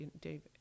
David